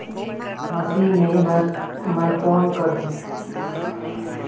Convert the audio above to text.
Machine लेहे बर मै कौन करहूं?